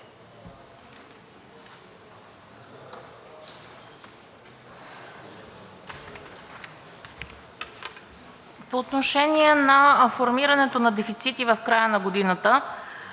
По отношение на формирането на дефицити в края на годината